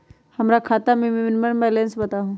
हमरा खाता में मिनिमम बैलेंस बताहु?